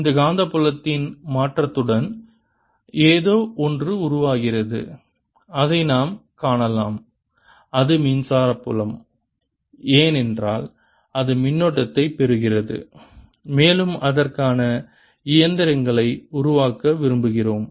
இந்த காந்தப்புலத்தின் மாற்றத்துடன் ஏதோ ஒன்று உருவாகிறது அதை நாம் காணலாம் அது மின்சார புலம் ஏனென்றால் அது மின்னோட்டத்தை பெறுகிறது மேலும் அதற்கான இயந்திரங்களை உருவாக்க விரும்புகிறோம்